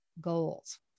goals